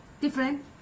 different